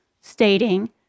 stating